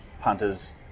punters